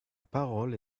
parole